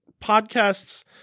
podcasts